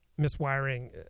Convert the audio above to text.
miswiring